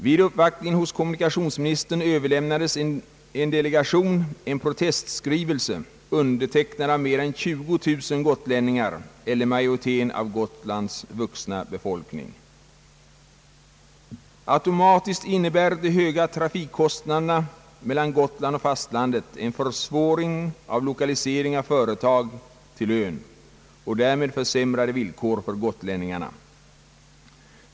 Vid uppvaktning hos kommunikationsministern överlämnade en delegation en protestskrivelse, undertecknad av mer än 20000 gotlänningar eller majoriteten av Gotlands vuxna befolkning. Automatiskt innebär de höga trafikkostnaderna mellan Gotland och fastlandet en försvåring av lokaliseringen av företag till ön och därmed försämrade villkor för gotlänningarna.